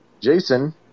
Jason